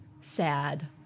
sad